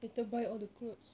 later buy all the clothes